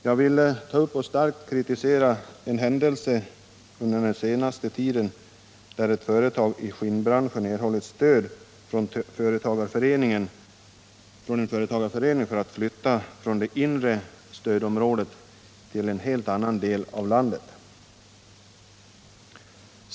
Jag vill ta upp och starkt kritisera en händelse under den senaste tiden, där ett företag i skinnbranschen erhållit stöd från en företagareförening för att flytta från det inre stödområdet till en helt annan del av landet.